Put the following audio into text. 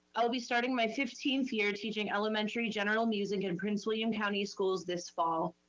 i'll be starting my fifteenth year teaching elementary general music in prince william county schools this fall.